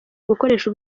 gukoresha